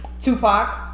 Tupac